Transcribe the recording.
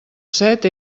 set